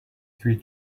three